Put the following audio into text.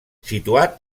situat